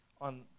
on